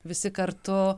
visi kartu